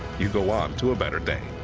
you go on to a better day.